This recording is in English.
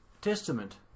Testament